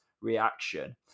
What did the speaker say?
reaction